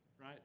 right